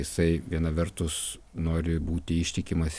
jisai viena vertus nori būti ištikimas